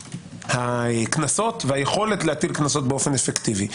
הקנסות והיכולת להטיל קנסות באופן אפקטיבי.